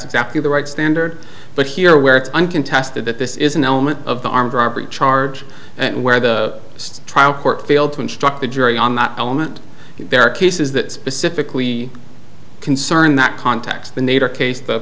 exactly the right standard but here where it's uncontested that this is an element of the armed robbery charge and where the trial court failed to instruct the jury on that element there are cases that specifically concern that context the nader case